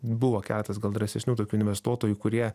buvo keletas drąsesnių tokių investuotojų kurie